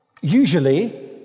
Usually